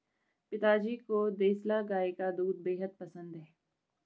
पिताजी को देसला गाय का दूध बेहद पसंद है